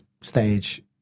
stage